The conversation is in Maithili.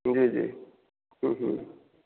जी जी हुँ हुँ